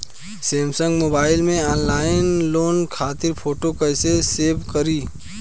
Samsung mobile में online loan खातिर photo कैसे सेभ करीं?